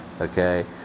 Okay